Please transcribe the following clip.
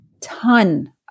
ton